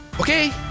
okay